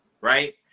right